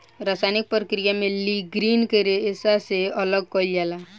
रासायनिक प्रक्रिया में लीग्रीन के रेशा से अलग कईल जाला